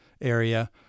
area